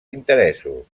interessos